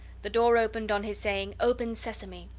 the door opened on his saying open sesame!